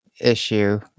issue